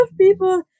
people